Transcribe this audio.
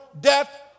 death